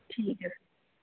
ठीक ऐ